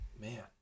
man